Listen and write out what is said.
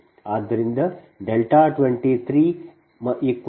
ಆದ್ದರಿಂದ 2311